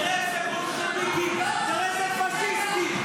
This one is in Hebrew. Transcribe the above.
תראה איזה בולשביקים, תראה איזה פשיסטים.